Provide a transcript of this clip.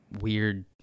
weird